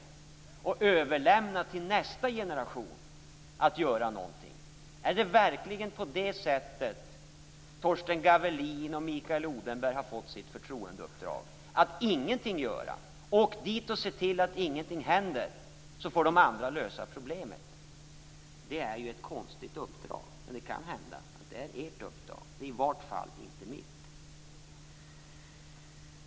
De kan inte överlämna till nästa generation att göra allting. Är det verkligen genom att inte göra någonting som Torsten Gavelin och Mikael Odenberg har fått sina förtroendeuppdrag? Är ert uppdrag att åka till riksdagen och se till så att ingenting händer, så att andra får lösa problemen? Det är ett konstigt uppdrag, men det kan hända att det är ert uppdrag. Det är i varje fall inte mitt.